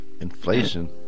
Inflation